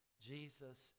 Jesus